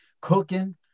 cooking